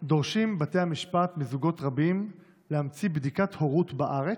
דורשים בתי המשפט מזוגות רבים להמציא בדיקת הורות בארץ,